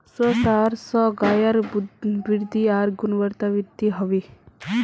स्वस्थ आहार स गायकेर वृद्धि आर गुणवत्तावृद्धि हबे